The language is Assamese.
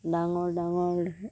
ডাঙৰ ডাঙৰ